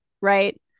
right